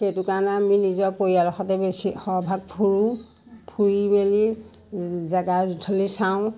সেইটো কাৰণে আমি নিজৰ পৰিয়ালৰ সৈতে বেছি সৰহভাগ ফুৰোঁ ফুৰি মেলি জেগা জোঠলি চাওঁ